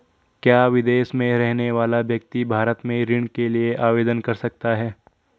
क्या विदेश में रहने वाला व्यक्ति भारत में ऋण के लिए आवेदन कर सकता है?